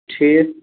ٹھیٖک